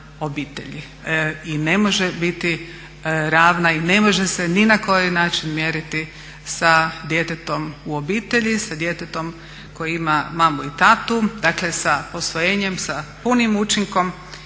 i ne može biti ravna i ne može se ni na koji način mjeriti sa djetetom u obitelji, sa djetetom koji ima mamu i tatu, dakle sa posvojenjem, sa punim učinkom